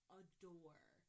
adore